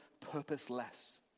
purposeless